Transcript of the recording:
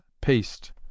paste